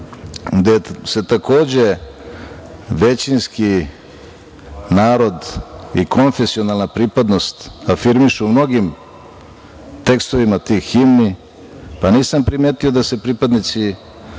gde se, takođe većinski narod i konfesionalna pripadnost afirmišu u mnogim tekstovima tih himni, pa nisam primetio da se pripadnici